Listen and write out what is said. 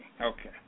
okay